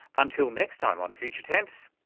until next time on future tense,